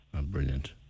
brilliant